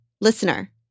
listener